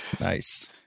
Nice